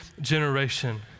generation